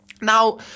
Now